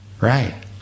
right